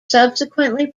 subsequently